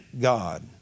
God